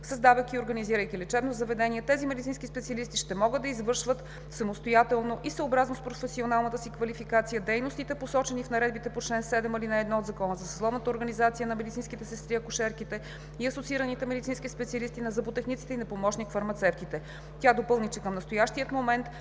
Създавайки и организирайки лечебно заведение, тези медицински специалисти ще могат да извършват самостоятелно и съобразно с професионалната си квалификация дейностите, посочени в Наредбата по чл. 7, ал. 1 от Закона за съсловните организации на медицинските сестри, акушерките и асоциираните медицински специалисти, на зъботехниците и на помощник-фармацевтите. Тя допълни, че към настоящия момент